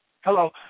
Hello